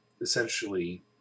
essentially